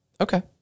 Okay